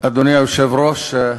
אדוני היושב-ראש,